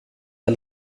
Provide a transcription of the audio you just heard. jag